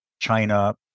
China